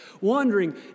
Wondering